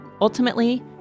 Ultimately